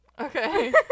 okay